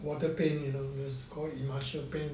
water paint you know they call paint